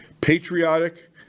Patriotic